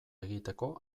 egiteko